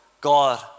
God